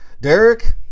Derek